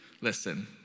Listen